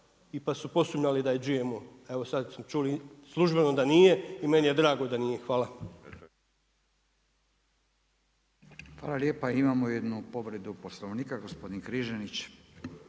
pa su posumnjali da je GMO. Evo sad smo čuli službeno da nije i meni je drago da nije. Hvala. **Radin, Furio (Nezavisni)** Hvala lijepa. Imamo jednu povredu Poslovnika. Gospodin Križanić.